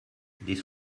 this